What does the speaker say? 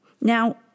Now